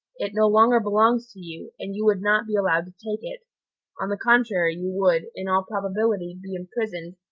it no longer belongs to you, and you would not be allowed to take it on the contrary, you would, in all probability, be imprisoned,